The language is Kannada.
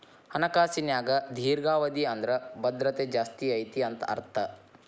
ಹಣಕಾಸಿನ್ಯಾಗ ದೇರ್ಘಾವಧಿ ಅಂದ್ರ ಭದ್ರತೆ ಜಾಸ್ತಿ ಐತಿ ಅಂತ ಅರ್ಥ